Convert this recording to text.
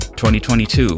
2022